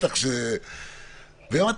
והיא אמרה,